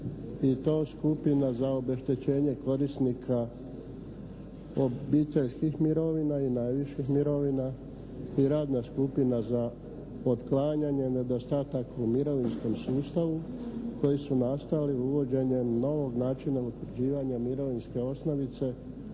i to Skupina za obeštećenje korisnika obiteljskih mirovina i najviših mirovina i Radna skupina za otklanjanje nedostataka u mirovinskom sustavu koji su nastali uvođenjem novog načina utvrđivanja mirovinske osnovice